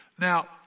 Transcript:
Now